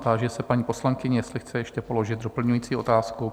Táži se paní poslankyně, jestli chce ještě položit doplňující otázku?